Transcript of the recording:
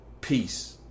peace